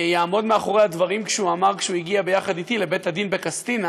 יעמוד מאחורי הדברים שהוא אמר כשהוא הגיע יחד אתי לבית-הדין בקסטינה